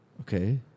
Okay